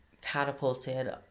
catapulted